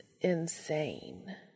insane